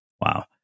Wow